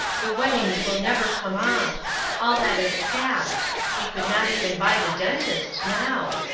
the weddings will never come off all that is past we could not even buy the dentist, now.